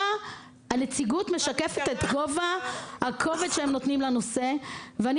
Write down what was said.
הנציגות משקפת את גובה הכובד שהם נותנים לנושא ואני